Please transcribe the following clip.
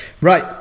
right